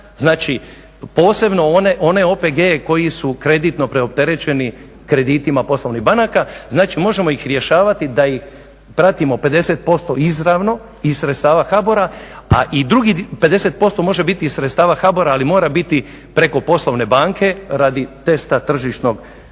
znači posebno one OPG-e koji su kreditno preopterećeni kreditima poslovnih banaka. Znači, možemo ih rješavati da ih pratimo 50% izravno iz sredstava HBOR-a, a drugih 50% može biti iz sredstava HBOR-a ali mora biti preko poslovne banke radi testa tržišnog natjecanja.